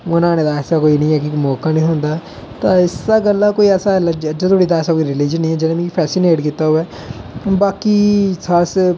मनाने दा ऐसा कोई नी है कि मौका नेईं थ्होंदा ऐ ते इस्सै गल्ला कोई ऐसा अजै धोड़ी ते कोई रिलिजन नेईं ऐ जिसी फेसीनेट कीता होऐ बाकी च अस